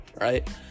right